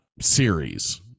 series